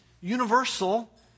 universal